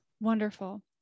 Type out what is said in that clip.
Wonderful